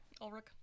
Ulrich